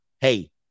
hey